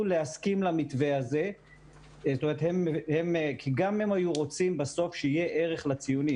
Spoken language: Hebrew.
להסכים למתווה הזה כי גם הם בסוף היו רוצים שיהיה ערך לציונים.